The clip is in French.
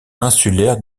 insulaire